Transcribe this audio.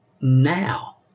now